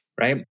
right